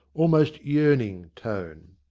almost yearning, tone.